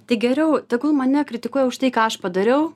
tai geriau tegul mane kritikuoja už tai ką aš padariau